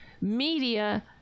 media